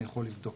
אני יכול לבדוק.